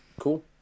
Cool